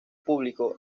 público